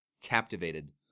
captivated